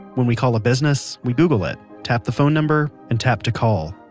when we call a business, we google it, tap the phone number, and tap to call.